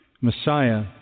Messiah